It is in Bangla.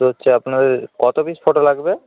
তো হচ্ছে আপনাদের কতো পিস ফটো লাগবে